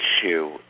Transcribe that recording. issue